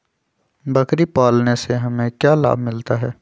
बकरी पालने से हमें क्या लाभ मिलता है?